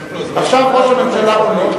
עכשיו ראש הממשלה עונה.